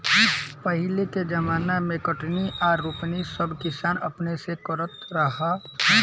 पहिले के ज़माना मे कटनी आ रोपनी सब किसान अपने से करत रहा सन